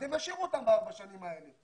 אז הם ישאירו אותם לארבע השנים האלה,